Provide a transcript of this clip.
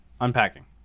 unpacking